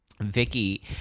Vicky